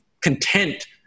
content